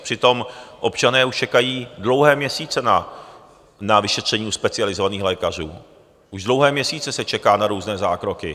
Přitom občané už čekají dlouhé měsíce na vyšetření u specializovaných lékařů, už dlouhé měsíce se čeká na různé zákroky.